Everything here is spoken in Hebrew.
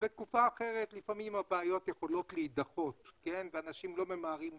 בתקופה אחרת הבעיות יכולות להידחות ואנשים לא ממהרים להתלונן.